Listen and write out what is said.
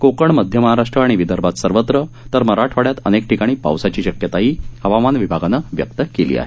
कोकण मध्य महाराष्ट्र आणि विदर्भात सर्वत्र तर मराठवाड्यात अनेक ठिकाणी पाऊस पडण्याची शक्यताही हवामान विभागानं व्यक्त केली आहे